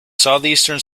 southeastern